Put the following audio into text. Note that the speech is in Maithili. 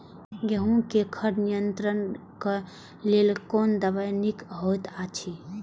गेहूँ क खर नियंत्रण क लेल कोन दवा निक होयत अछि?